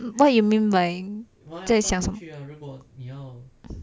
what you mean by 在想什么